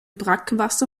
brackwasser